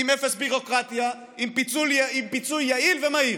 עם אפס ביורוקרטיה, עם פיצוי יעיל ומהיר.